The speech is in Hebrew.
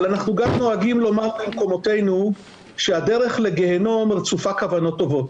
אבל אנחנו גם נוהגים לומר שהדרך לגיהינום רצופה כוונות טובות,